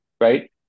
Right